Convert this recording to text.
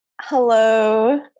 Hello